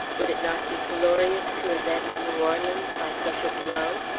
would it not be glorious to avenge new orleans by such a blow?